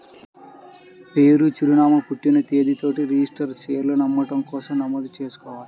పేరు, చిరునామా, పుట్టిన తేదీలతో రిజిస్టర్డ్ షేర్లను అమ్మడం కోసం నమోదు చేసుకోవాలి